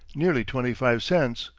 nearly twenty-five cents.